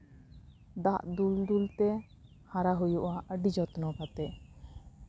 ᱫᱟᱜ ᱫᱩᱞᱼᱫᱩᱞ ᱛᱮ ᱦᱟᱨᱟ ᱦᱩᱭᱩᱜᱼᱟ ᱟᱹᱰᱤ ᱡᱚᱛᱱᱚ ᱠᱟᱛᱮᱫ